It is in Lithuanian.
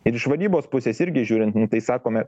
ir iš vadybos pusės irgi žiūri tai sakome